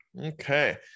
okay